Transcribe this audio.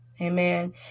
Amen